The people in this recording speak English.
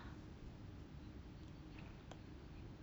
no but precisely 因为他们有压力 then you should like